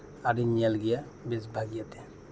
ᱟᱨᱤᱧ ᱧᱮᱞ ᱜᱮᱭᱟ ᱵᱮᱥ ᱵᱷᱟᱹᱜᱤ ᱤᱭᱟᱹᱛᱮ